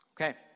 Okay